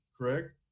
correct